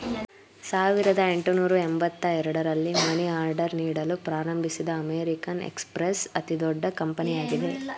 ಸಾವಿರದ ಎಂಟುನೂರು ಎಂಬತ್ತ ಎರಡು ರಲ್ಲಿ ಮನಿ ಆರ್ಡರ್ ನೀಡಲು ಪ್ರಾರಂಭಿಸಿದ ಅಮೇರಿಕನ್ ಎಕ್ಸ್ಪ್ರೆಸ್ ಅತಿದೊಡ್ಡ ಕಂಪನಿಯಾಗಿದೆ